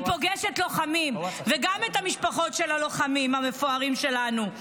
אני פוגשת לוחמים וגם את המשפחות של הלוחמים המפוארים שלנו.